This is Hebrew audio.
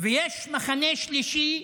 יש מחנה שלישי,